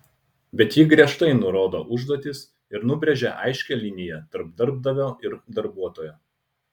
bet ji griežtai nurodo užduotis ir nubrėžia aiškią liniją tarp darbdavio ir darbuotojo